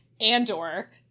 Andor